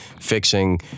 fixing